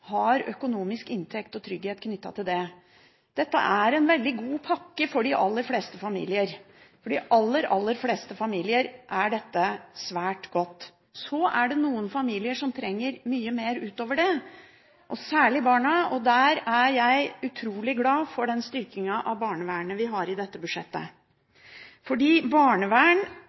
har økonomisk inntekt og trygghet knyttet til det. Dette er en veldig god pakke for de aller fleste familier – for de aller, aller fleste familier er dette svært godt. Noen familier trenger mye mer ut over det, og da særlig barna. Jeg er utrolig glad for den styrkingen av barnevernet vi har i dette budsjettet. Vi vet gjennom forskning at barnevern